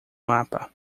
mapa